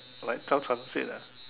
like ah